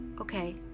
okay